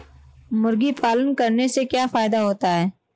मुर्गी पालन करने से क्या फायदा होता है?